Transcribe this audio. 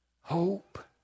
Hope